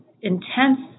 intense